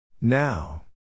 Now